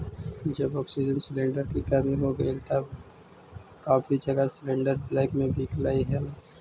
जब oxygen cylinder की कमी हो गईल हल तब काफी जगह सिलेंडरस ब्लैक में बिकलई हल